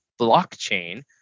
blockchain